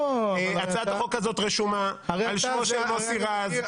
הצעת החוק הזאת רשומה על שמו של מוסי רז.